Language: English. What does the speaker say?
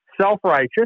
self-righteous